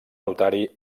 notari